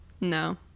No